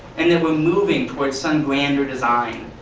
and that we are moving towards some grander design.